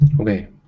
Okay